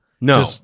No